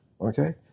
Okay